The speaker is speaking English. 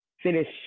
finish